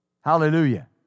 Hallelujah